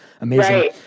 amazing